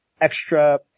extra